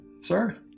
sir